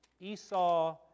Esau